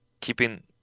keeping